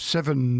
Seven